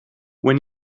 when